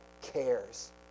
cares